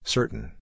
Certain